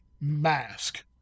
mask